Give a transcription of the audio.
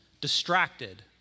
distracted